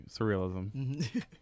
surrealism